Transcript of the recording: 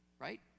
Right